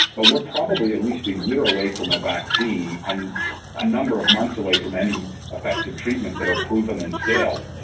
but we're probably at least a year away from a vaccine and a number of months away from any effective treatments that are proven and scaled.